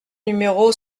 numéro